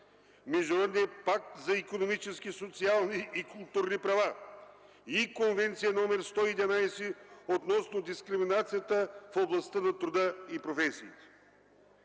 Международен пакт за икономически, социални и културни права! И Конвенция № 111 относно дискриминацията в областта на труда и професиите!